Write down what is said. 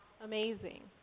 amazing